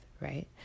right